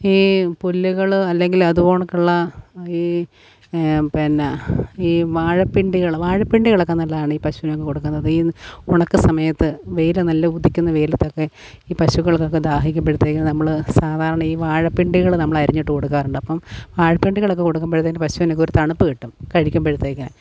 ഈ പുല്ലുകള് അല്ലെങ്കിലതുകണക്കുള്ള ഈ പിന്നെ ഈ വാഴപ്പിണ്ടികള് വാഴപ്പിണ്ടികളൊക്കെ നല്ലതാണ് ഈ പശുവിനൊക്കെ കൊടുക്കുന്നത് ഈ ഉണക്ക സമയത്ത് വെയില് നല്ല ഉദിക്കുന്ന വെയിലത്തൊക്കെ ഈ പശുക്കൾക്കൊക്കെ ദാഹിക്കുമ്പഴത്തേക്ക് നമ്മള് സാധാരണ ഈ വാഴപ്പിണ്ടികള് നമ്മള് അരിഞ്ഞിട്ട് കൊടുക്കാറുണ്ട് അപ്പോള് വാഴപ്പിണ്ടികളൊക്കെ കൊടുക്കുമ്പഴത്തേന് പശുവിനൊക്കെ ഒരു തണുപ്പ് കിട്ടും കഴിക്കുമ്പഴത്തേക്ക്